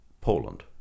Poland